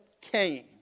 came